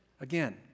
again